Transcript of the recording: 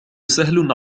سهل